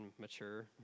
mature